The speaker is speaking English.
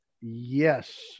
Yes